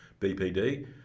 BPD